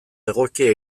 egokia